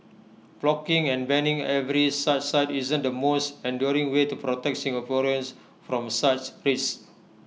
blocking and banning every such site isn't the most enduring way to protect Singaporeans from such risks